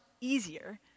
easier